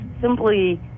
simply